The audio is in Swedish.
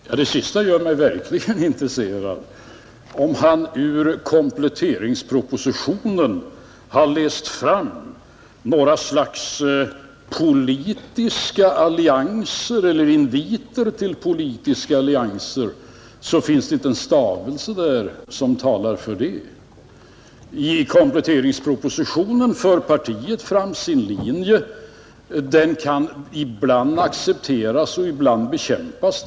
Herr talman! Det sista gör mig verkligen intresserad. Om herr Wedén ur kompletteringspropositionen har läst fram några slags politiska allianser eller inviter till politiska allianser, så finns det inte en stavelse där som talar för det. I kompletteringspropositionen för partiet fram sin linje. Den kan ibland accepteras och ibland bekämpas.